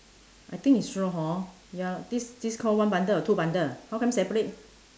I think it's straw hor ya this this call one bundle or two bundle how come separate